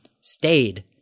stayed